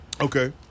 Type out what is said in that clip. Okay